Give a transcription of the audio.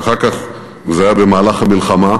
ואחר כך, זה היה במהלך המלחמה,